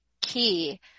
key